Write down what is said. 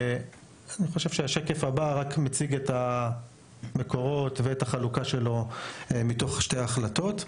השקף הבא מציג את המקורות ואת החלוקה מתוך שתי ההחלטות,